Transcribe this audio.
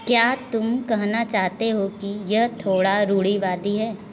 क्या तुम कहना चाहते हो कि यह थोड़ा रूढ़िवादी है